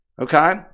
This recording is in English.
okay